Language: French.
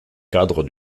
cadre